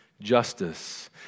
justice